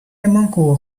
内蒙古